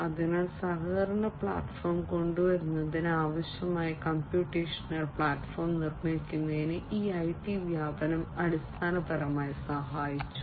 അതിനാൽ സഹകരണ പ്ലാറ്റ്ഫോം കൊണ്ടുവരുന്നതിന് ആവശ്യമായ കമ്പ്യൂട്ടേഷണൽ പ്ലാറ്റ്ഫോം നിർമ്മിക്കുന്നതിന് ഈ ഐടി വ്യാപനം അടിസ്ഥാനപരമായി സഹായിച്ചു